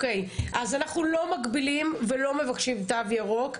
אז אנחנו לא מגבילים ולא מבקשים תו ירוק,